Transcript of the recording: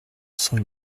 cent